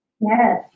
Yes